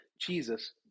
Jesus